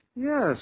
Yes